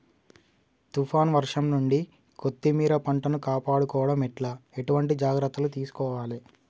తుఫాన్ వర్షం నుండి కొత్తిమీర పంటను కాపాడుకోవడం ఎట్ల ఎటువంటి జాగ్రత్తలు తీసుకోవాలే?